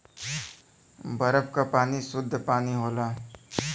बरफ क पानी सुद्ध पानी होला